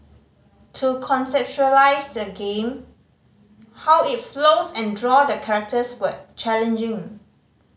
to conceptualise the game how it flows and draw the characters were challenging